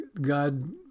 God